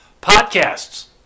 Podcasts